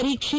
ಪರೀಕ್ಷೆ